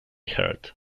heard